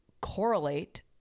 correlate